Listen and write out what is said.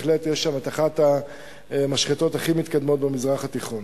בהחלט יש שם אחת המשחטות הכי מתקדמות במזרח התיכון.